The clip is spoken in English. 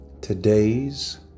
today's